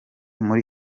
muri